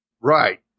Right